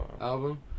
album